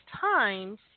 times